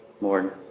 Lord